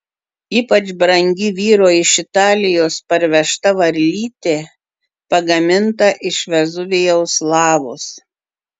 ypač brangi vyro iš italijos parvežta varlytė pagaminta iš vezuvijaus lavos